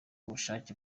ubushake